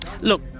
look